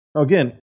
Again